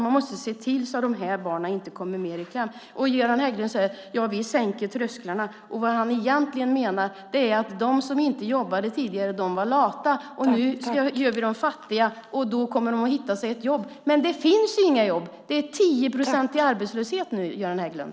Man måste se till att dessa barn inte kommer i kläm ytterligare. Göran Hägglund säger att de sänker trösklarna. Det han egentligen menar är att de som inte jobbade tidigare var lata. Nu gör man dem fattiga och då kommer de också att hitta jobb. Men det finns inga jobb! Vi har 10-procentig arbetslöshet nu, Göran Hägglund.